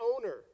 owner